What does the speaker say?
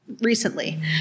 recently